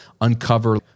uncover